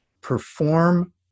perform